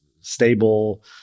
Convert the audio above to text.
stable